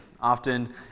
Often